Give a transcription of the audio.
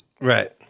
Right